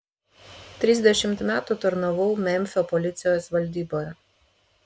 trisdešimt metų tarnavau memfio policijos valdyboje